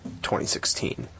2016